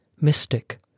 mystic